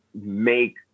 make